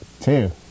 Two